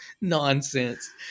nonsense